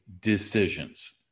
decisions